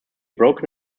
broken